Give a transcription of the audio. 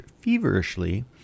feverishly